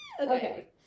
Okay